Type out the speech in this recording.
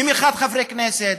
במיוחד חברי כנסת,